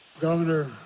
Governor